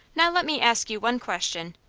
now let me ask you one question,